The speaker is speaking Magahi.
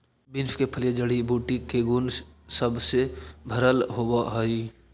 बींस के फलियां जड़ी बूटी के गुण सब से भरल होब हई